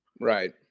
right